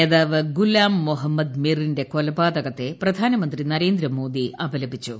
നേതാവ് ഗുലാം മൊഹമ്മദ് മിറന്റെ കൊലപാതകത്തെ പ്രധാനമന്ത്രി നരേന്ദ്രമോദി അപലപിച്ചു